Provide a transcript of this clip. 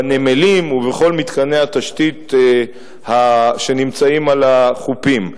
בנמלים ובכל מתקני התשתית שנמצאים על החופים.